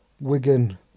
Wigan